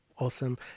Awesome